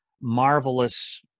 marvelous